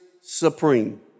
supreme